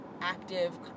active